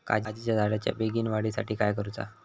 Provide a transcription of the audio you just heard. काजीच्या झाडाच्या बेगीन वाढी साठी काय करूचा?